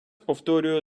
повторюю